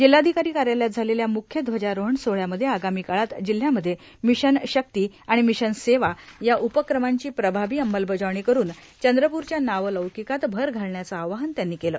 जिल्हाधिकारां कायालयात झालेल्या मुख्य ध्वजारोहण सोहळयामध्ये आगामी काळात जिल्हयामध्ये ामशन शक्ती आर्गण ामशन सेवा या उपक्रमांची प्रभावी अंमलबजावणी करुन चंद्रपूरच्या नावलौौककात भर घालण्याचं आवाहन त्यांनी केलं